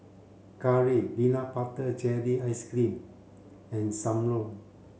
curry peanut butter jelly ice cream and Sam Lau